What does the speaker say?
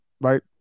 right